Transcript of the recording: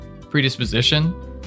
predisposition